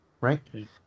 right